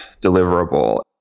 deliverable